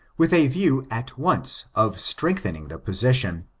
with a view at once of strengthening the position,